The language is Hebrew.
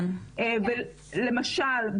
למשל,